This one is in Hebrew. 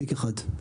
תיק אחד.